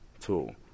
tool